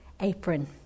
apron